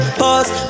pause